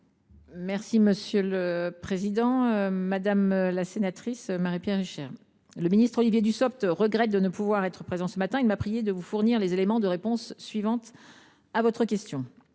professions de santé. Madame la sénatrice Marie Pierre Richer, le ministre Olivier Dussopt regrette de ne pouvoir être présent ce matin. Il m’a prié de vous fournir les éléments de réponse suivants à votre question.